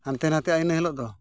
ᱦᱟᱱᱛᱮ ᱱᱟᱛᱮᱜᱼᱟ ᱤᱱᱟᱹ ᱦᱤᱞᱳᱜ ᱫᱚ